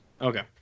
Okay